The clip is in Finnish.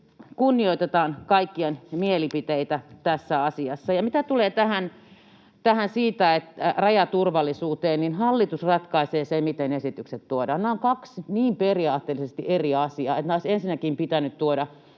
kunnioitetaan kaikkien mielipiteitä tässä asiassa Ja mitä tulee rajaturvallisuuteen, niin hallitus ratkaisee sen, miten esitykset tuodaan. Nämä ovat periaatteellisesti kaksi niin eri asiaa, että nämä olisi ensinnäkin pitänyt tuoda